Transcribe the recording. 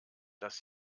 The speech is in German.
dass